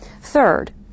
Third